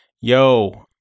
Yo